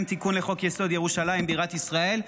תיקון לחוק-יסוד: ירושלים בירת ישראל,